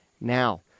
now